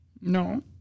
No